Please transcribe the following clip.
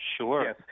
Sure